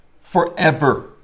forever